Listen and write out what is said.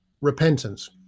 repentance